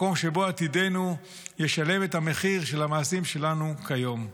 מקום שבו עתידנו ישלם את המחיר של המעשים שלנו כיום.